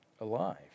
alive